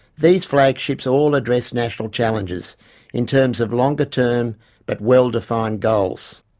these flagships all addressed national challenges in terms of longer term but well-defined goals.